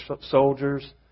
soldiers